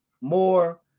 more